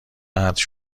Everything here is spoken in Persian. قطع